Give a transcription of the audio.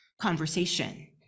conversation